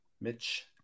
Mitch